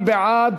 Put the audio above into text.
מי בעד?